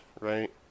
right